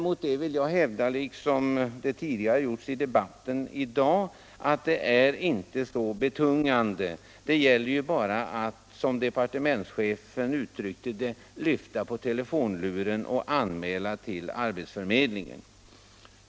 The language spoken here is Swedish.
Mot detta vill jag hävda, liksom det gjorts tidigare i dag i debatten, att den inte kan vara så betungande. Som departementschefen uttryckte det gäller det bara att lyfta på telefonluren och anmäla ledig anställning tll arbetsförmedlingen.